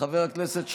חבר הכנסת שחאדה,